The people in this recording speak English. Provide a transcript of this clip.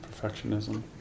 Perfectionism